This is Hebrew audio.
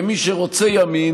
ומי שרוצה ימין